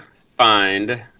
find